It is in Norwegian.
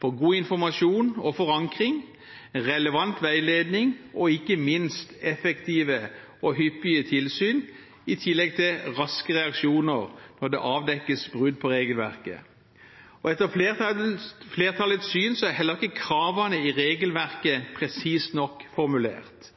god informasjon og forankring, relevant veiledning og ikke minst effektive og hyppige tilsyn, i tillegg til rask reaksjon når det avdekkes brudd på regelverket. Etter flertallets syn er heller ikke kravene i regelverket presist nok formulert.